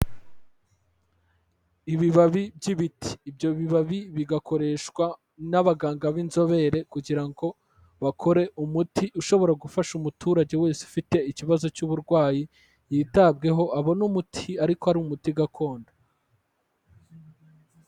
Ibibabi by'ibiti, ibyo bibabi bigakoreshwa n'abaganga b'inzobere, kugira ngo bakore umuti ushobora gufasha umuturage wese ufite ikibazo cy'uburwayi, yitabweho abone umuti ariko ari umuti gakondo.